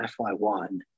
FY1